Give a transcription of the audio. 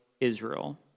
israel